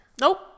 Nope